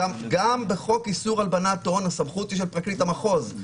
גם בחוק איסור הלבנת הון הסמכות היא של פרקליט המחוז,